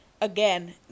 again